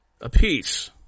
apiece